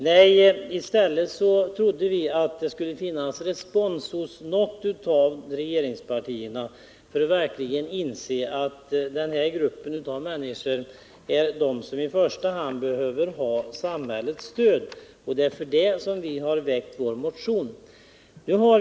Vi trodde att det i stället skulle finnas respons hos något av regeringspartierna för tanken att denna grupp av människor är den som i första hand behöver ha samhällets stöd. Det är också därför som vi har väckt vår motion om dessa frågor.